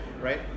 right